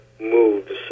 moves